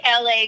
LA